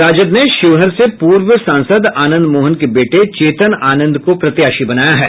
राजद ने शिवहर से पूर्व सांसद आनंद मोहन के बेटे चेतन आनंद को प्रत्याशी बनाया है